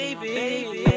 baby